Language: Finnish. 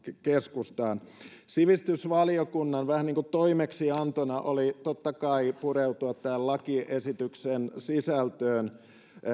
keskustaan sivistysvaliokunnan vähän niin kuin toimeksiantona oli totta kai pureutua tähän lakiesityksen sisältöön